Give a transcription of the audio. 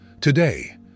Today